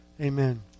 Amen